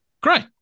Great